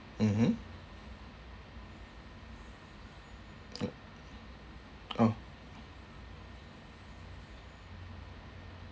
mmhmm oh